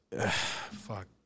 fuck